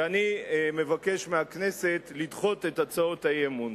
ואני מבקש מהכנסת לדחות את הצעות האי-אמון.